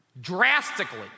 drastically